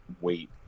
wait